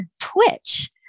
Twitch